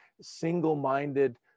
single-minded